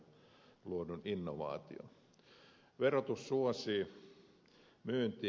verotus suosii myyntiä